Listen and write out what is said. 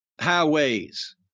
highways